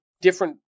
different